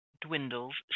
dwindles